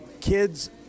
kids